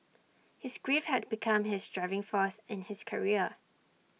his grief had become his driving force in his career